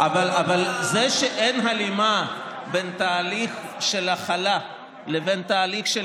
אבל זה שאין הלימה בין תהליך של החלה לבין תהליך של